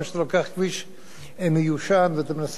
להרחיב אותו ולהפוך אותו לכמה מסלולים,